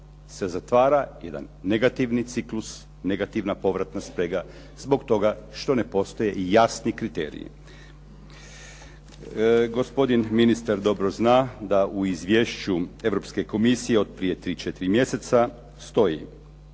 se zatvara jedan negativni ciklus, negativna povratna sprega zbog toga što ne postoje i jasni kriteriji. Gospodin ministar dobro zna da u izvješću Europske komisije od prije 3, 4 mjeseca stoji,